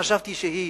חשבתי שהיא